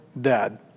dead